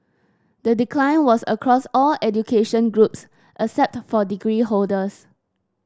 the decline was across all education groups except for degree holders